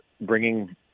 bringing